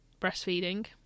breastfeeding